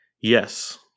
Yes